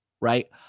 right